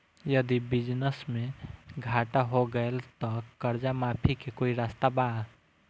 यदि बिजनेस मे घाटा हो गएल त कर्जा माफी के कोई रास्ता बा?